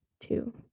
two